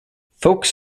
folks